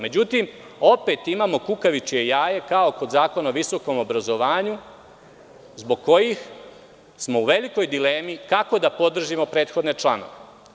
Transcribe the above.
Međutim, opet imamo kukavičije jaje, kao kod Zakona o visokom obrazovanju, zbog kojih smo u velikoj dilemi kako da podržimo prethodne članove.